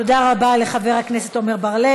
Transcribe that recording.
תודה רבה לחבר הכנסת עמר בר-לב.